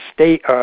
state